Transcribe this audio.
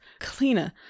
Kalina